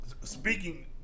speaking